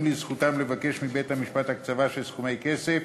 לזכותם לבקש מבית-משפט הקצבה של סכומי כסף,